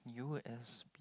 U_S_B